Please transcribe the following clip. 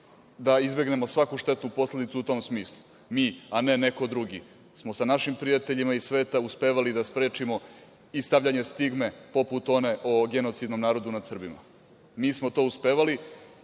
da izbegnemo svaku štetnu posledicu u tom smislu. Mi, a ne neko drugi smo sa našim prijateljima iz sveta uspevali da sprečimo i stavljanje stigme, poput one o genocidnom narodu nad Srbima. Mi smo to uspevali,